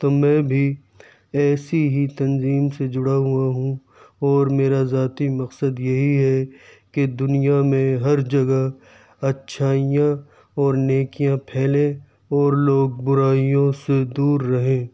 تو میں بھی ایسی ہی تنظیم سے جڑا ہوا ہوں اور میرا ذاتی مقصد یہی ہے کہ دنیا میں ہر جگہ اچھائیاں اور نیکیاں پھیلیں اور لوگ برائیوں سے دور رہیں